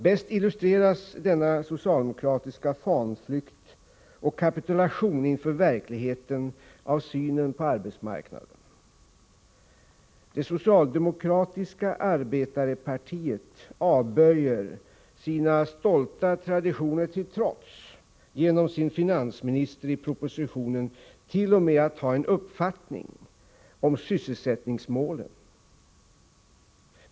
Bäst illustreras denna socialdemokratiska fanflykt och kapitulation inför verkligheten av deras syn på arbetsmarknaden. Socialdemokratiska arbetarepartiet avböjer — sina stolta traditioner till trots — genom sin finansminister i propositionen t.o.m. att ha en uppfattning om sysselsättningsmålen.